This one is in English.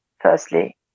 firstly